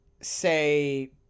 say